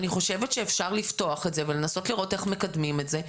אני חושבת שאפשר לפתוח את זה ולנסות לראות איך מקדמים את זה,